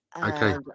Okay